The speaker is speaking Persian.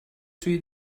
توی